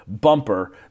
bumper